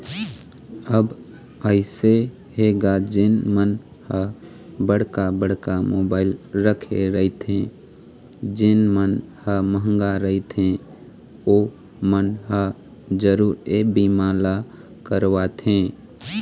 अब अइसे हे गा जेन मन ह बड़का बड़का मोबाइल रखे रहिथे जेन मन ह मंहगा रहिथे ओमन ह जरुर ये बीमा ल करवाथे